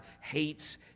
hates